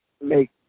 Make